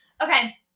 Okay